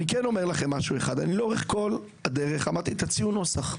אני כן אומר לכם משהו אחד: לאורך כל הדרך ביקשתי שתציעו נוסח,